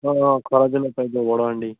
ହଁ ଖରା ଦିନେ ବଡ଼ ହାଣ୍ଡି